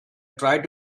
try